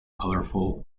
colorful